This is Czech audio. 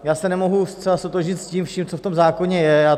Já se nemohu zcela ztotožnit s tím vším, co v tom zákoně je.